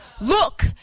Look